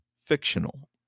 fictional